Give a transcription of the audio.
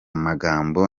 magambo